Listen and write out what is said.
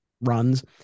runs